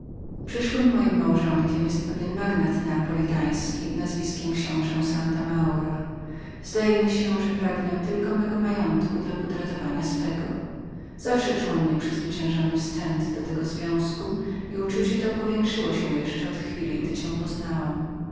spokojnym przyszłym moim małżonkiem jest pewien magnat neapolitański nazwiskiem książe santa maura zdaje mi się że pan ten pragnie tylko mego majątku dla podratowania swego zawsze czułam nieprzezwyciężony wstręt do tego związku i uczucie to powiększyło się jeszcze od chwili gdy cię poznałam